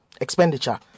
expenditure